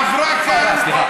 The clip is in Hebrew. עברה כאן, סליחה.